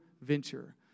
venture